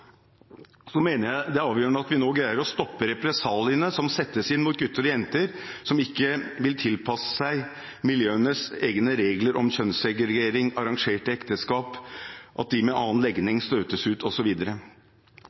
settes inn mot gutter og jenter som ikke vil tilpasse seg miljøenes egne regler om kjønnssegregering, arrangerte ekteskap, at de med annen